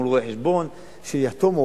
מול רואה-חשבון שיחתום,